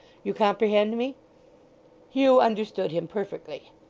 you comprehend me hugh understood him perfectly.